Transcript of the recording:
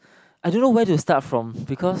I don't know where to start from because